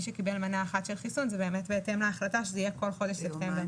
שקיבל מנה אחת של חיסון וזה באמת בהתאם להחלטה שזה יהיה כל חודש ספטמבר.